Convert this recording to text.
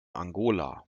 angola